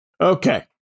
Okay